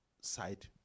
side